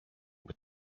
with